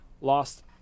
lost